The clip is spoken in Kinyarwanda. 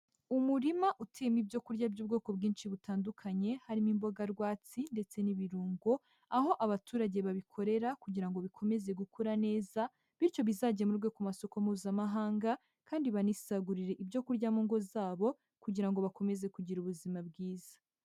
Umurima uteyemo ibyo kurya by'ubwoko bwinshi butandukanye, harimo imboga rwatsi ndetse n'ibirungo, aho abaturage babikorera kugira ngo bikomeze gukura neza bityo bizagemurwe ku masoko mpuzamahanga, kandi banisagurire ibyo kurya mu ngo zabo kugira ngo bakomeze kugira ubuzima bwiza.